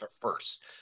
first